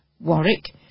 Warwick